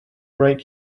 right